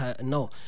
no